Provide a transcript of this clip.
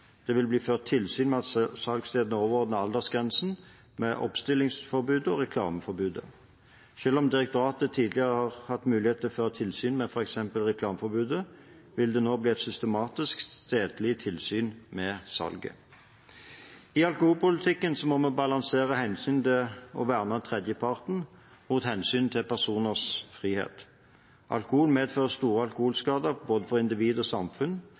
Det vil bli ført tilsyn med at salgsleddene overholder aldersgrensen, oppstillingsforbudet og reklameforbudet. Selv om direktoratet tidligere har hatt mulighet til å føre tilsyn med f.eks. reklameforbudet, vil det nå bli et systematisk, stedlig tilsyn med salget. I alkoholpolitikken må vi balansere hensynet til å verne tredjeparten mot hensynet til personers frihet. Alkohol medfører store alkoholskader for både individ og samfunn,